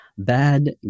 Bad